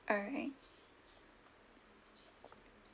alright